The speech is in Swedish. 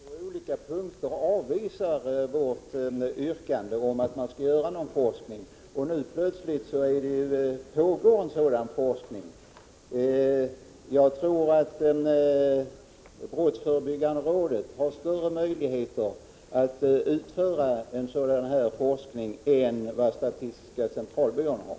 Herr talman! Det är rätt märkligt att man först på olika punkter avvisar vårt yrkande om forskning, och nu plötsligt pågår en sådan forskning. Jag tror att brottsförebyggande rådet har större möjligheter att utföra en sådan här forskning än vad statistiska centralbyrån har.